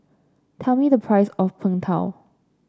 tell me the price of Png Tao